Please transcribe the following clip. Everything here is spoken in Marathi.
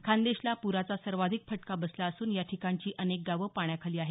खान्देशला पूराचा सर्वाधिक फटका बसला असून या ठिकाणची अनेक गाव पाण्याखाली आहेत